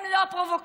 הם לא פרובוקטורים.